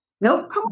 Nope